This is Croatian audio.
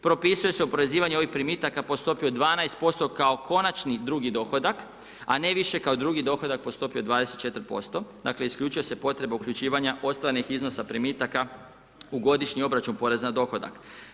Propisuje se oporezivanje ovih primitaka po stopi od 12% kao konačni drugi dohodak a ne više kao drugi dohodak po stopi od 24%, dakle isključio se potreba uključivanja ostalih iznosa primitaka u godišnji obračun poreza na dohodak.